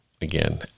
again